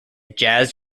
jazz